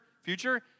future